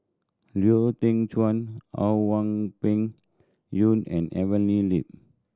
Lau Teng Chuan How Wang Peng Yuan and Evelyn Lip